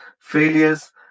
failures